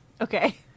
Okay